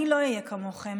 אני לא אהיה כמוכם.